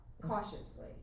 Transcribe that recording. cautiously